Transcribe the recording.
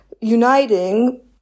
uniting